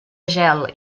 gel